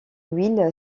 huile